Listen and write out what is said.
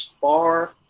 far